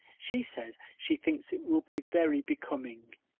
she says she thinks it will be very becoming.